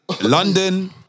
London